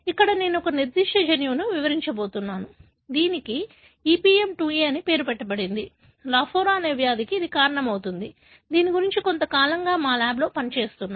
ఇక్కడ నేను ఒక నిర్దిష్ట జన్యువును వివరించబోతున్నాను దీనికి EPM2A అని పేరు పెట్టబడింది లాఫోరా అనే వ్యాధికి ఇది కారణమవుతుంది దీని గురించి కొంత కాలంగా మా ల్యాబ్లో పనిచేస్తున్నాము